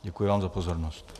Děkuji vám za pozornost.